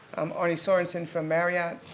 um ari sorenson from marriott,